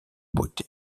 beauté